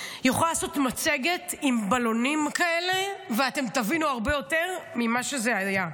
יכולה לעשות מצגת עם בלונים כאלה ואתם תבינו הרבה יותר ממה שזה היה.